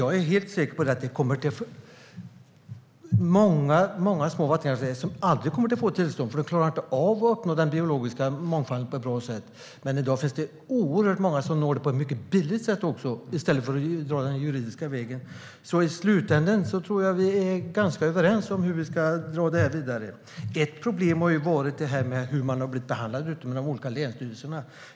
Jag är helt säker på att många små vattenkraftverk aldrig kommer att få tillstånd, då de inte klarar av att uppnå den biologiska mångfalden på ett bra sätt. Men i dag finns det oerhört många som uppnår den på ett mycket billigt sätt i stället för att gå den juridiska vägen. I slutändan tror jag att vi är ganska överens om hur vi ska dra det här vidare. Ett problem har varit hur man har blivit behandlad i de olika länsstyrelserna.